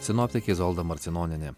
sinoptikė izolda marcinonienė